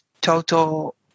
total